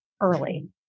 early